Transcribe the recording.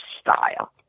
style